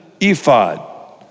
ephod